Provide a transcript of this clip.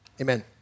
Amen